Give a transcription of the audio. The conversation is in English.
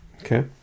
Okay